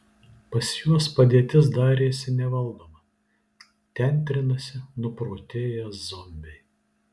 pas juos padėtis darėsi nevaldoma ten trinasi nuprotėję zombiai